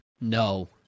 No